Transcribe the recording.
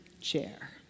chair